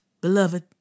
Beloved